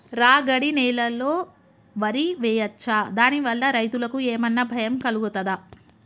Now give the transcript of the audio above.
రాగడి నేలలో వరి వేయచ్చా దాని వల్ల రైతులకు ఏమన్నా భయం కలుగుతదా?